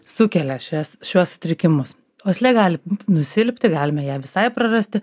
sukelia šias šiuos sutrikimus uoslė gali nusilpti galime ją visai prarasti